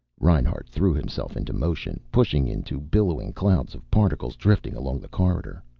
reinhart threw himself into motion, pushing into billowing clouds of particles drifting along the corridor.